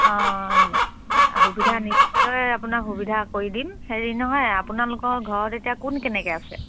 অঁ সুবিধা নিশ্চয় আপোনাক সুবিধা কৰি দিম হেৰি নহয় আপোনালোকৰ ঘৰত এতিয়া কোন কেনেকে আছে